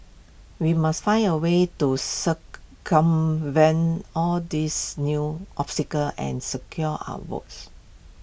we must find A way to circumvent all these new obstacles and secure our votes